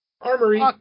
Armory